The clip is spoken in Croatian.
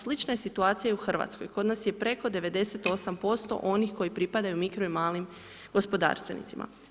Slična je situacija i u Hrvatskoj, kod nas je preko 98% onih koji pripadaju mikro ili malim gospodarstvenicima.